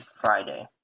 Friday